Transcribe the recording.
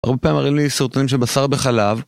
הרבה פעמים מראים לי סרטונים של בשר בחלב